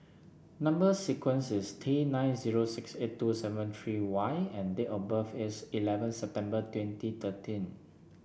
number sequence is T nine zero six eight two seven three Y and date of birth is eleven September twenty thirteen